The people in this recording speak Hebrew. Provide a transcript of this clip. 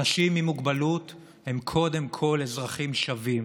אנשים עם מוגבלות הם קודם כול אזרחים שווים